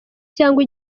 cyangwa